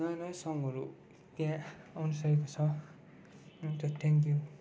नयाँ नयाँ सङहरू त्यहाँ आवश्यक छ अन्त थ्याङ्क यू